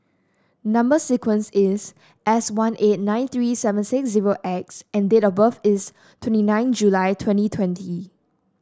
number sequence is S one eight nine three seven six zero X and date of birth is twenty nine July twenty twenty